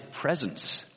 presence